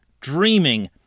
dreaming